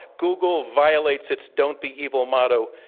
google violates its don't be evil motto,